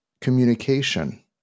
communication